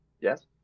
Yes